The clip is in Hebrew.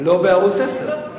לא בערוץ-10.